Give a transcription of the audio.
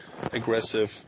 aggressive